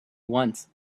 once